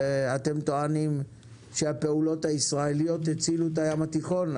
ואתם טוענים שהפעולות הישראליות הצילו את הים התיכון.